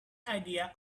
idea